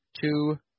two